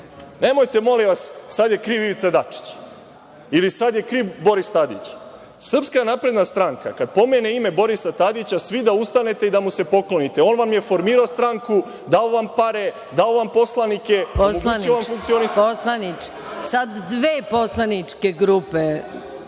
radi. Nemojte, molim vas, sad je kriv Ivica Dačić ili sad je kriv Boris Tadić. Srpska napredna stranka kada pomene ime Borisa Tadića, svi da ustanete i da mu se poklonite. On vam je formirao stranku, dao vam pare, dao vam poslanike. **Maja Gojković** Poslaniče, sad dve poslaničke grupe